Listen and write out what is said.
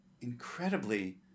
incredibly